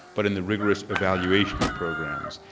but in the rigorous evaluation of programs,